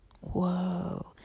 Whoa